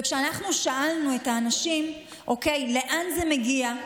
וכשאנחנו שאלנו את האנשים לאן זה מגיע,